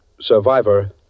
survivor